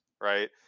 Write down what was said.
right